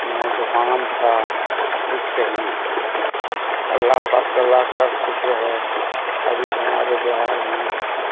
نہ دکان تھا کچھ کہیں نہیں تھا اللہ پاک کا لاکھ لاکھ شکر ہے ابھی ہمارے بہار میں